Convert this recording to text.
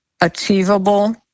achievable